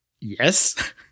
Yes